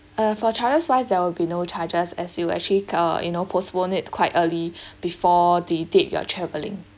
uh for charges wise there will be no charges as you actually ca~ uh you know postpone it quite early before the date you are travelling